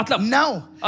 now